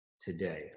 today